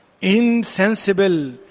insensible